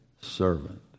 servant